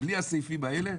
בלי הסעיפים האלה,